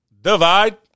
Divide